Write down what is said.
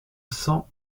cent